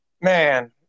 man